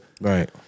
Right